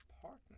partner